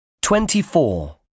Twenty-four